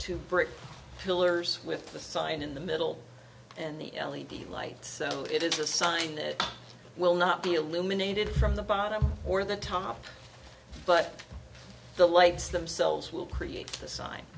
two bricks pillars with the sign in the middle and the l m t lights it is a sign it will not be eliminated from the bottom or the top but the lights themselves will create the sign